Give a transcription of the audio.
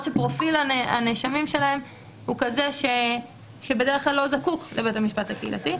שפרופיל הנאשמים שלהם הוא כזה שבדרך כלל לא זקוק לבית המשפט הקהילתי.